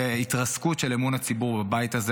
והתרסקות של אמון הציבור בבית הזה,